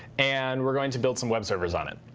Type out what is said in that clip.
and we're going to build some web servers on it.